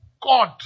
God